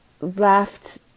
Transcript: laughed